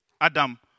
Adam